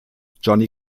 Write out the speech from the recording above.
johnny